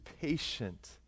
patient